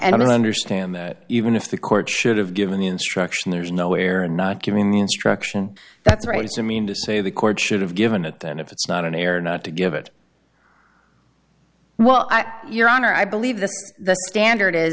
and i don't understand that even if the court should have given the instruction there's nowhere and not given the instruction that's right so i mean to say the court should have given it then if it's not an error not to give it well your honor i believe that the standard is